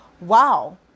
Wow